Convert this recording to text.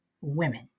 women